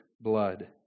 blood